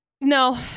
No